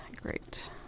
Great